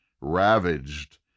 ravaged